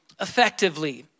effectively